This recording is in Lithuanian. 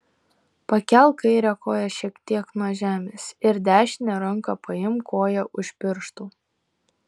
pakelk kairę koją šiek tiek nuo žemės ir dešine ranka paimk koją už pirštų